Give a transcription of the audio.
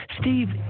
Steve